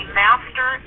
master